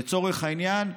לצורך העניין,